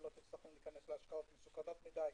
שלא תצטרכו להיכנס להשקעות מסוכנות מדי,